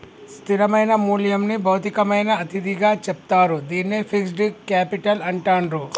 స్థిరమైన మూల్యంని భౌతికమైన అతిథిగా చెప్తారు, దీన్నే ఫిక్స్డ్ కేపిటల్ అంటాండ్రు